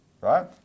right